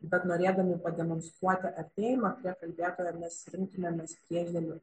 bet norėdami pademonstruoti artėjimą prie kalbėtojo mes rinktumėmės su priešdėliu